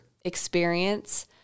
experience